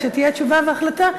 כשתהיה תשובה והצבעה,